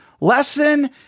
lesson